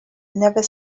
never